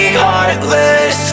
heartless